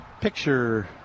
picture